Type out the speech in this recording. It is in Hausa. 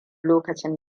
lokacin